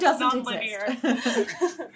nonlinear